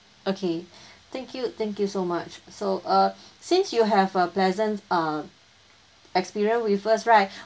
okay thank you thank you so much so uh since you have a pleasant uh experience with us right